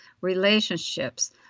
relationships